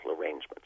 arrangements